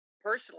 personally